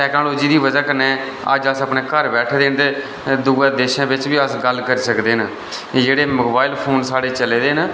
technology दी बजह कन्नै अज्ज अस अपने घर बैठे देन ते दुए देशें बिच्च बी गल्ल करी सकदे न जेह्ड़े मोबाइल फोन साढ़े चले देन